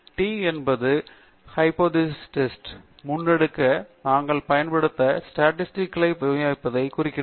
T என்பது hypothesis test யை முன்னெடுக்க நாங்கள் பயன்படுத்தும் ஸ்டாட்டிஸ்டிக்களை விநியோகிப்பதை குறிக்கிறது